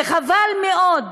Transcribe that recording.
וחבל מאוד,